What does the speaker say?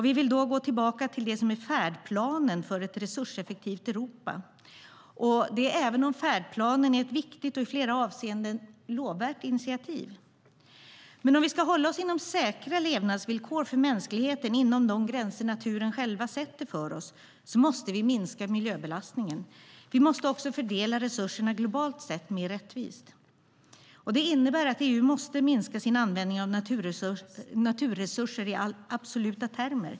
Vi vill gå tillbaka till det som är färdplanen för ett resurseffektivt Europa, och det även om färdplanen är ett viktigt och i flera avseenden lovvärt initiativ. Men om vi ska hålla oss inom säkra levnadsvillkor för mänskligheten inom de gränser naturen själv sätter för oss måste vi minska miljöbelastningen. Vi måste också fördela resurserna globalt sett mer rättvist. Det innebär att EU måste minska sin användning av naturresurser i absoluta termer.